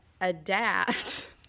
adapt